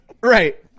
Right